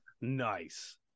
Nice